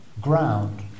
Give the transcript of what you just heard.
ground